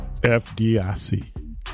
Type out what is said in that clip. FDIC